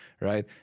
right